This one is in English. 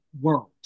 world